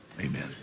amen